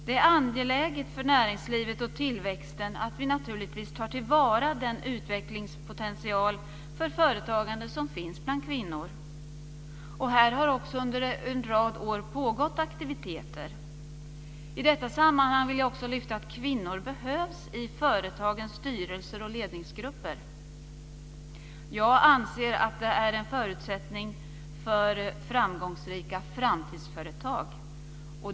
Det är angeläget för näringslivet och tillväxten att vi tar till vara den utvecklingspotential för företagande som finns bland kvinnor. Här har också pågått aktiviteter under en rad år. I detta sammanhang vill jag också lyfta fram att kvinnor behövs i företagens styrelser och ledningsgrupper. Jag anser att det är en förutsättning för framgångsrika framtidsföretag.